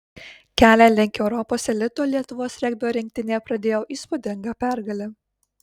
kelią link europos elito lietuvos regbio rinktinė pradėjo įspūdinga pergale